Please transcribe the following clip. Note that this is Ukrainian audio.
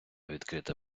відкрита